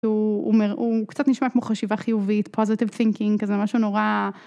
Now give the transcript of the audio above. הוא... הוא קצת נשמע כמו חשיבה חיובית, positive thinking, כזה משהו נורא...